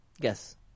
Guess